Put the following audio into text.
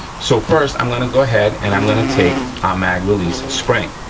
so, first, i'm gonna go ahead, and i'm gonna take our mag release spring,